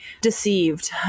deceived